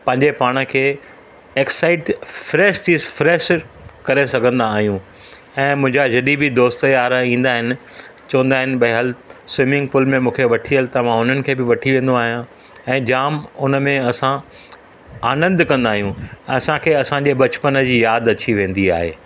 पंहिंजे पाण खे एक्साइटेड फ्रैश थी फ्रैश करे सघंदा आहियूं ऐं मुंहिंजा जॾहिं बि दोस्त यार ईंदा आहिनि चवंदा आहिनि भई हल स्विमिंग पुल में मूंखे वठी हल त मां हुननि खे बि वठी वेंदो आहियां ऐं जाम उन में असां आनंद कंदा आहियूं असांखे असांजी बचपन जी यादि अची वेंदी आहे